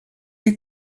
est